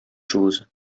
choses